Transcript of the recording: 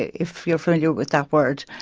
if you're familiar with that word.